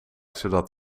zodat